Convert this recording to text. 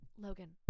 Logan